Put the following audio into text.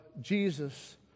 Jesus